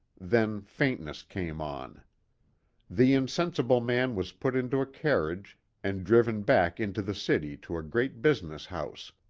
then faintness came on the insensible man was put into a carriage and driven back into the city to a great business house,